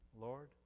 Lord